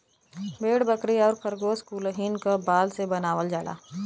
भेड़ बकरी आउर खरगोस कुलहीन क बाल से बनावल जाला